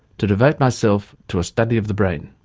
to devote myself to a study of the brain.